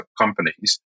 companies